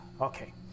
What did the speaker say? Okay